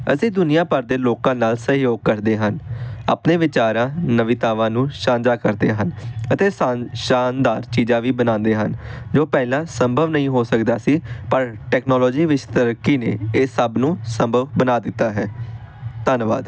ਅਸੀਂ ਦੁਨੀਆਂ ਭਰ ਦੇ ਲੋਕਾਂ ਨਾਲ ਸਹਿਯੋਗ ਕਰਦੇ ਹਨ ਆਪਣੇ ਵਿਚਾਰਾਂ ਨਵੀਤਾਵਾਂ ਨੂੰ ਸਾਂਝਾ ਕਰਦੇ ਹਨ ਅਤੇ ਸ਼ਾਨ ਸ਼ਾਨਦਾਰ ਚੀਜ਼ਾਂ ਵੀ ਬਣਾਉਂਦੇ ਹਨ ਜੋ ਪਹਿਲਾਂ ਸੰਭਵ ਨਹੀਂ ਹੋ ਸਕਦਾ ਸੀ ਪਰ ਟੈਕਨੋਲੋਜੀ ਵਿੱਚ ਤਰੱਕੀ ਨੇ ਇਹ ਸਭ ਨੂੰ ਸੰਭਵ ਬਣਾ ਦਿੱਤਾ ਹੈ ਧੰਨਵਾਦ